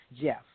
Jeff